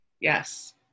Yes